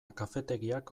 kafetegiak